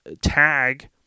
tag